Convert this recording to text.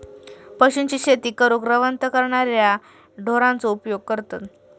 पशूंची शेती करूक रवंथ करणाऱ्या ढोरांचो उपयोग करतत